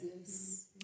Yes